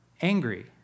angry